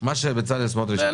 מה שבצלאל סמוטריץ' אמר.